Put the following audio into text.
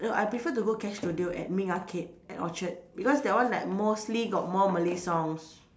no I prefer to go cash studio at Ming Arcade at Orchard because that one like mostly got more Malay songs